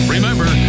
Remember